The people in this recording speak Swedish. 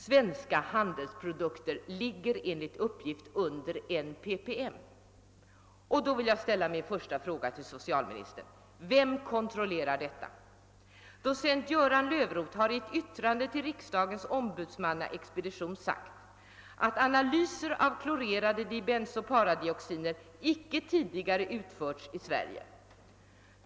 Svenska handelsprodukter ligger enligt uppgift under 1 ppm. Då vill jag ställa min första fråge till socialministern: Vem kontrollerar detta? Docent Göran Löfroth har i ett yttrande till riksdagens ombudsmanna: expedition sagt att analyser av klorera: de dibenzo-paradioxiner icke tidigarc utförts i Sverige.